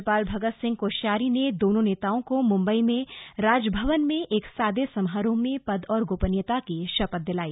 राज्यपाल भगत् सिंह कोश्यारी ने दोनों नेताओं को मुम्बई में राजभवन में एक सादे समारोह में पद और गोपनीयता की शपथ दिलाई